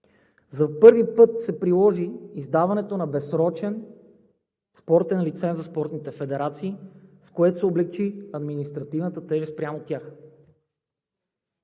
за първи път се приложи издаването на безсрочен спортен лиценз за спортните федерации, с което се облекчи административната тежест спрямо тях;